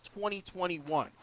2021